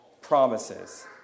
promises